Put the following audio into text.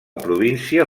província